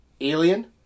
Alien